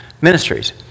ministries